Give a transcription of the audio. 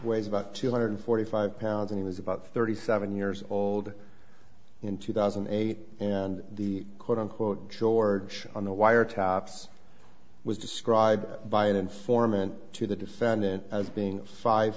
weighs about two hundred forty five pounds and he was about thirty seven years old in two thousand and eight and the quote unquote george on the wire tops was described by an informant to the defendant as being five